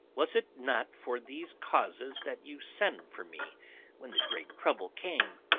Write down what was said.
was it not for these causes that you send for me when the great trouble came?